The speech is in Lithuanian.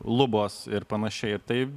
lubos ir panašiai ir tai